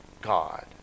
God